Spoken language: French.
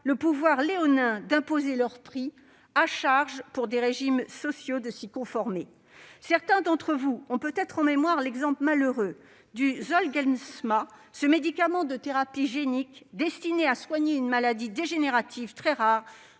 le pouvoir léonin d'imposer leur prix, à charge pour les régimes sociaux de s'y conformer. Certains d'entre vous ont peut-être en mémoire l'exemple malheureux du Zolgensma, ce médicament de thérapie génique destiné à soigner une maladie dégénérative très rare